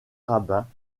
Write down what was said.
rabbins